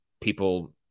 people